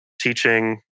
teaching